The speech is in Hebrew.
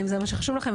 אם זה חשוב לכם,